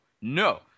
no